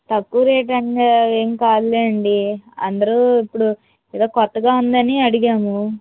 తక్కువ రేట్ ఏమి కాదులేండి అందరూ ఇప్పుడు ఏదో కొత్తగా ఉందని అడిగాము